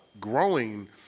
growing